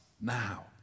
now